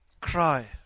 Cry